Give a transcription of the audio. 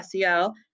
SEL